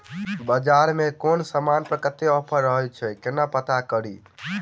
बजार मे केँ समान पर कत्ते ऑफर रहय छै केना पत्ता कड़ी?